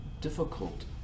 difficult